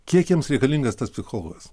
kiek jiems reikalingas tas psichologas